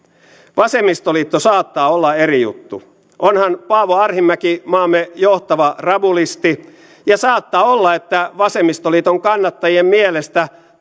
vasemmistoliitto saattaa olla eri juttu onhan paavo arhinmäki maamme johtava rabulisti ja saattaa olla että vasemmistoliiton kannattajien mielestä